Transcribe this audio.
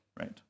right